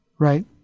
Right